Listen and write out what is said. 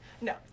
no